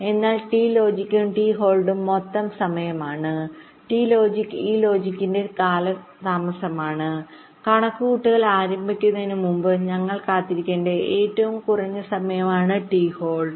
അതിനാൽ ടി ലോജിക്കും ടി ഹോൾഡും മൊത്തം സമയമാണ് ടി ലോജിക് ഈ ലോജിക്കിന്റെ കാലതാമസമാണ് കണക്കുകൂട്ടൽ ആരംഭിക്കുന്നതിന് മുമ്പ് നമ്മൾ കാത്തിരിക്കേണ്ട ഏറ്റവും കുറഞ്ഞ സമയമാണ് ടി ഹോൾഡ്